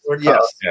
yes